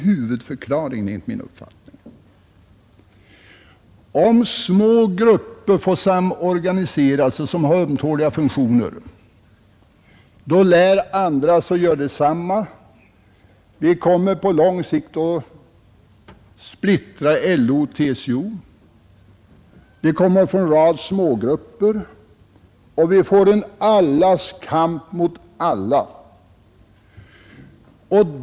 Min uppfattning är att om små grupper, som har ömtåliga funktioner, får samorganisera sig, lär andra sig att göra detsamma. Men om vi på lång sikt kommer att splittra LO och TCO, kommer vi att få en rad smågrupper, och det blir en allas kamp mot alla.